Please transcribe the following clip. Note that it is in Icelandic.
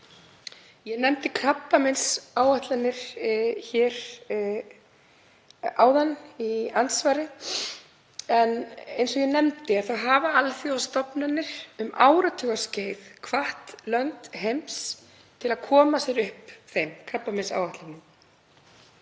Ég nefndi krabbameinsáætlanir í andsvari áðan en eins og ég nefndi hafa alþjóðastofnanir um áratugaskeið hvatt lönd heims til að koma sér upp þeim krabbameinsáætlunum